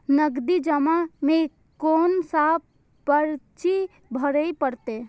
नगदी जमा में कोन सा पर्ची भरे परतें?